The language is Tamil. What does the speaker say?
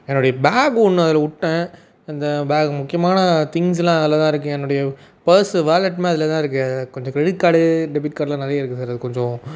என்னுடைய பேகு ஒன்று அதில் விட்டேன் அந்த பேகு முக்கியமான திங்ஸ் எல்லாம் அதில் தான் இருக்கு என்னுடைய பர்ஸு வேலெட்மே அதில் தான் இருக்கு கொஞ்சம் க்ரெடிட் கார்டு டெபிட் கார்டு எல்லாம் நிறைய இருக்கு சார் அது கொஞ்சம்